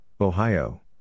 Ohio